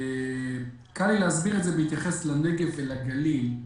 קל לי להסביר את זה ביחס לנגב ולגליל.